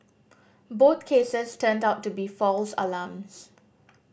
both cases turned out to be false alarms